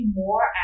more